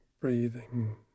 breathing